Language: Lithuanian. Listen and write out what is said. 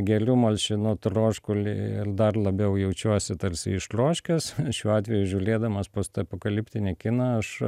geliu malšinu troškulį ir dar labiau jaučiuosi tarsi ištroškęs šiuo atveju žiūlėdamas postapokaliptinį kiną aš